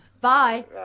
Bye